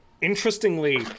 Interestingly